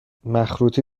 مخروطی